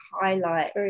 highlight